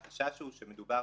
החשש הוא שמדובר